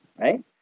Right